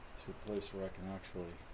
to a place where i can actually